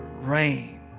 rain